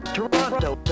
Toronto